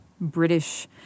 British